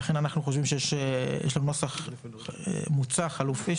יש לנו נוסח חלופי.